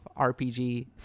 RPG